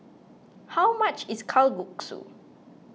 how much is Kalguksu